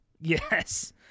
Yes